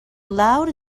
loud